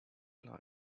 like